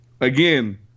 Again